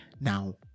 now